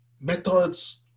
methods